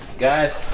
guys